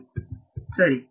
ಹೌದು ಸರಿ